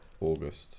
August